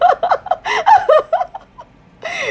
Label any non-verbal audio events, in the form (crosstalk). (laughs)